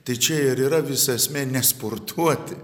tai čia ir yra visa esmė ne sportuoti